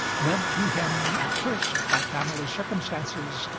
led to him at first by family circumstances,